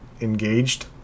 engaged